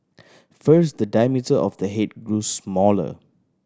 first the diameter of the head grew smaller